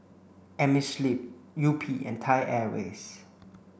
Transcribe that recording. Amerisleep Yupi and Thai Airways